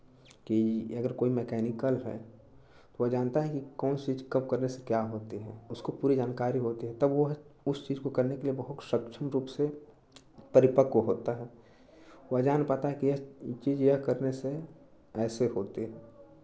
कि अगर कोई मैकेनिकल है तो वह जानता है कि कौन सी चीज़ कब करने से क्या होती है उसको पूरी जानकारी होती है तब वह उस चीज़ को करने के लिए बहुत सक्षम रूप से परिपक्व होता है वह जान पाता है कि यह चीज़ यह करने से ऐसे होते हैं